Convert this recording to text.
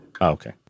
okay